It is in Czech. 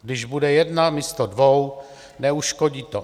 Když bude jedna místo dvou, neuškodí to.